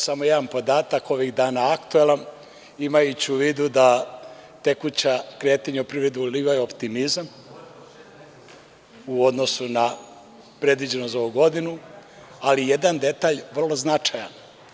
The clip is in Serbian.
Samo jedan podatak, ovih dana aktuelan, imajući u vidu da tekuća kretanja u privredi ulivaju optimizam u odnosu na predviđeno za ovu godinu, ali jedan detalj vrlo značajan.